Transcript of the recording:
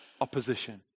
Opposition